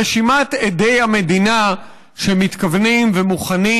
רשימת עדי המדינה שמתכוונים ומוכנים